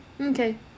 Okay